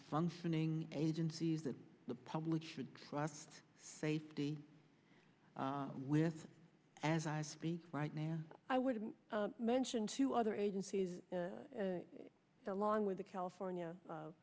functioning agencies that the public should trust safety with as i speak right now i would mention two other agencies along with the california